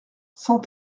cent